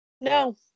No